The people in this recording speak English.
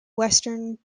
western